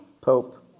Pope